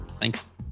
thanks